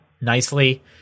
nicely